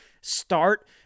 start